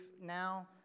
now